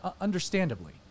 understandably